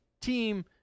team